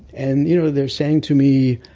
and you know they're saying to me,